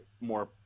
more